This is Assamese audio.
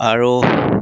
আৰু